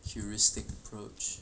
heuristic approach